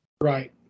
Right